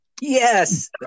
yes